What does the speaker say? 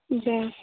ᱡᱮ